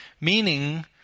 Meaning